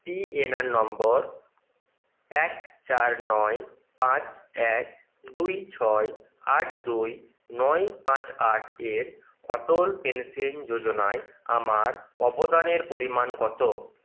PNR নম্বর এক চার নয় পাঁচ এক দুই ছয় আট দুই নয় পাঁচ আট এর অটল পেনশন যোজনায় আমার অবদানের পরিমাণ কত